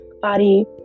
body